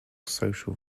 social